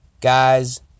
Guys